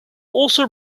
also